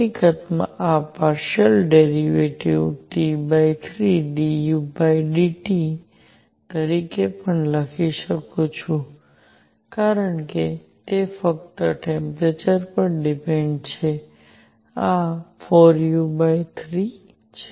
હકીકતમાં આ partial derivative T3dudT તરીકે પણ લખી શકું છું કારણ કે તે ફક્ત ટેમ્પરેચર પર ડિપેન્ડ છે આ 4u3 છે